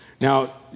Now